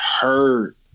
Hurt